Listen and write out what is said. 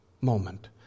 moment